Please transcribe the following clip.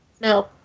No